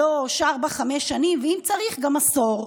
שלוש, ארבע, חמש שנים, ואם צריך גם עשור,